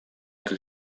как